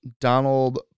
Donald